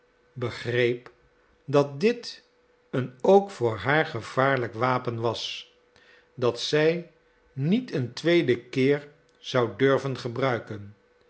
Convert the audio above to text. begreep dat dit een ook voor haar gevaarlijk wapen was dat zij niet een tweeden keer zou durven gebruiken